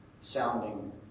sounding